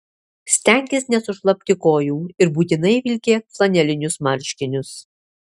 stenkis nesušlapti kojų ir būtinai vilkėk flanelinius marškinius